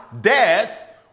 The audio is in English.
Death